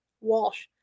Walsh